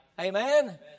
Amen